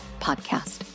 Podcast